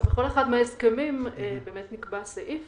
בכל אחד מההסכמים נקבע סעיף